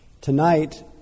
tonight